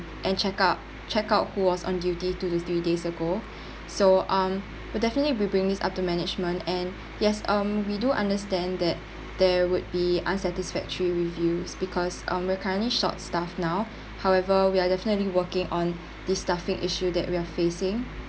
and check up check out who was on duty two to three days ago so um but definitely we'll bring this up to management and yes um we do understand that there would be unsatisfactory reviews because um we are currently short staffed now however we are definitely working on this staffing issue that we are facing